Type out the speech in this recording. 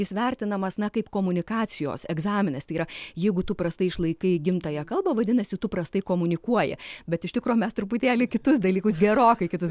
jis vertinamas na kaip komunikacijos egzaminas tai yra jeigu tu prastai išlaikai gimtąją kalbą vadinasi tu prastai komunikuoji bet iš tikro mes truputėlį kitus dalykus gerokai kitus